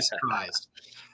surprised